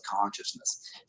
consciousness